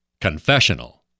confessional